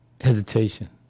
hesitation